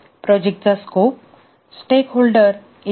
प्रोजेक्टाचा scope stakeholder e